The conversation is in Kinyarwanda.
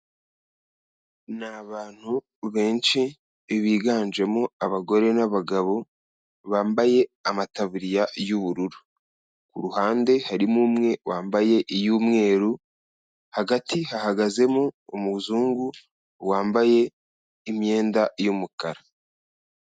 Ni abantu benshi biganjemo abagore n'abagabo, bambaye amataburiya y'ubururu. Ku ruhande harimo umwe wambaye iy'umweru, hagati hahagazemo umuzungu wambaye imyenda y'umukara.